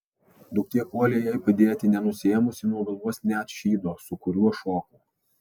duktė puolė jai padėti nenusiėmusi nuo galvos net šydo su kuriuo šoko